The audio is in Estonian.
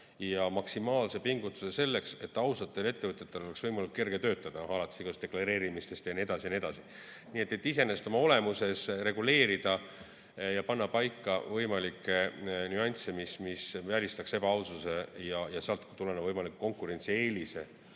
ja maksimaalse pingutuse selleks, et ausatel ettevõtjatel oleks võimalikult kerge töötada, alates deklareerimisest jne. Nii et iseenesest oma olemuses reguleerida ja panna paika võimalikke nüansse, mis välistaks ebaaususe ja sealt tuleneva võimaliku konkurentsieelise,